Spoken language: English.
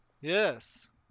Yes